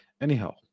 Anyhow